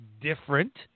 different